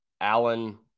Allen